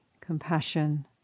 compassion